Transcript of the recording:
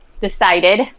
decided